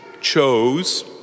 chose